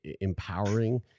empowering